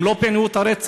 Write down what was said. הם לא פענחו את הרצח,